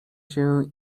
się